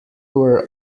were